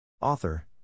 Author